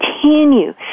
continue